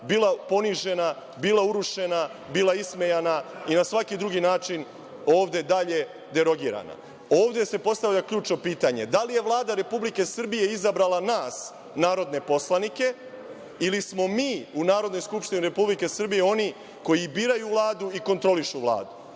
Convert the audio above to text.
bila ponižena, bila urušena, bila ismejana i na svaki drugi način ovde dalje derogirana. Ovde se postavlja ključno pitanje – da li je Vlada Republike Srbije izabrala nas narodne poslanike ili smo mi u Narodnoj skupštini Republike Srbije oni koji biraju Vladu i koji kontrolišu Vladu?